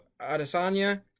Adesanya